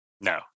No